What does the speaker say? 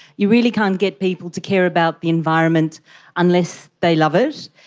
you really can't get people to care about the environment unless they love it.